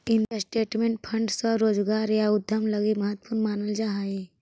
investment fund स्वरोजगार या उद्यम लगी महत्वपूर्ण मानल जा हई